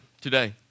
today